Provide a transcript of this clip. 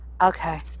Okay